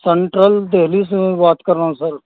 central Delhi سے میں بات کر رہا ہوں سر